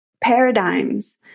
paradigms